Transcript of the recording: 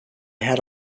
had